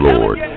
Lord